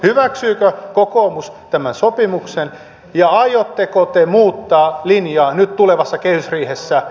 hyväksyykö kokoomus tämän sopimuksen ja aiotteko te muuttaa linjaa tulevassa kehysriihessä